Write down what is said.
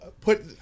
put